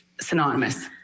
synonymous